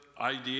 idea